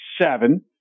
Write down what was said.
seven